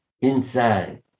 inside